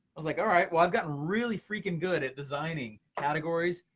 i was like, all right, well i've gotten really freakin' good at designing categories,